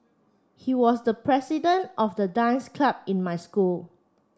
he was the president of the dance club in my school